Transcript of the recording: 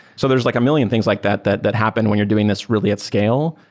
so there's like a million things like that that that happen when you're doing this really at scale,